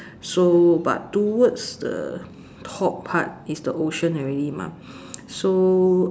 so but towards the top part is the ocean already mah so